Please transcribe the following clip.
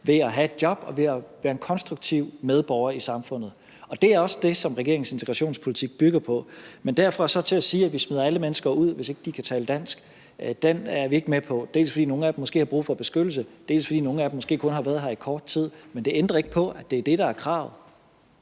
ved at have et job og ved at være en konstruktiv medborger i samfundet, og det er også det, som regeringens integrationspolitik bygger på. Men derfra og så til at sige, at vi smider alle mennesker ud, hvis ikke de kan tale dansk, er vi ikke med på, dels fordi nogle af dem måske har brug for beskyttelse, dels fordi nogle af dem måske kun har været her i kort tid. Men det ændrer ikke på, at det er det, der er kravet.